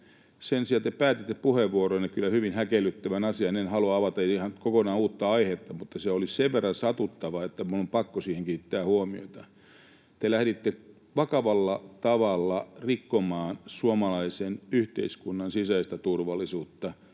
Sen sijaan te päätitte puheenvuoronne kyllä hyvin häkellyttävään asiaan. En halua avata ihan kokonaan uutta aihetta, mutta se oli sen verran satuttava, että minun on pakko siihen kiinnittää huomiota. Te lähditte vakavalla tavalla rikkomaan suomalaisen yhteiskunnan sisäistä turvallisuutta